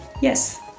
yes